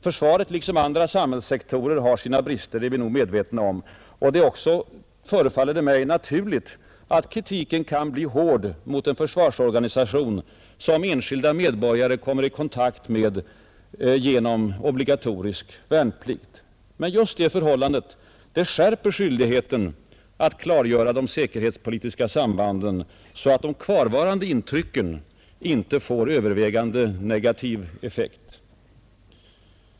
Försvaret liksom andra samhällssektorer har sina brister — det har vi nog klart för oss — och det är också, förefaller det mig, naturligt att kritiken kan bli hård mot en organisation som enskilda medborgare kommer i kontakt med genom obligatorisk värnplikt. Men just det förhållandet skärper skyldigheten att klargöra de säkerhetspolitiska sambanden så att de kvarvarande intrycken inte får övervägande negativ effekt.